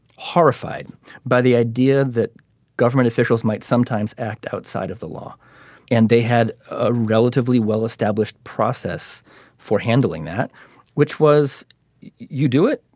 horrified by the idea that government officials might sometimes act outside of the law and they had ah relatively well-established process for handling that which was you do it.